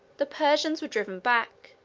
the persians were driven back,